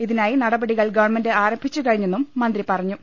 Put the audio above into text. ഇതിനായി നടപടികൾ ഗവൺമെന്റ് ആരംഭിച്ചു കഴിഞ്ഞെന്നും മന്ത്രി പറഞ്ഞു